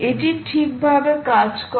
এটি ঠিকভাবে কাজ করে